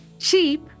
Cheap